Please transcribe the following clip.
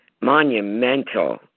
monumental